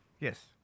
Yes